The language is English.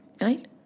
Right